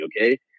Okay